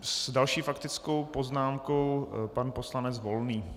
S další faktickou poznámkou pan poslanec Volný.